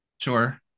Sure